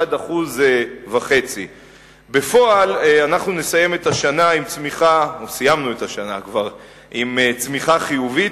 1.5%. בפועל סיימנו את השנה עם צמיחה חיובית,